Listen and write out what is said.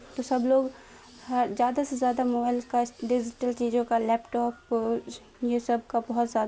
تو سب لوگ زیادہ سے زیادہ موبائل کا ڈیجیٹل چیزوں کا لیپ ٹاپ یہ سب کا بہت زیادہ